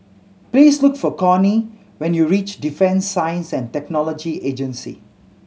please look for Cornie when you reach Defence Science And Technology Agency